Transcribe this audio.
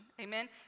Amen